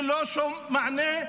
ללא שום מענה,